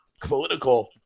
political